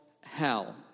hell